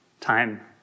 time